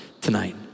tonight